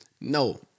No